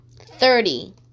Thirty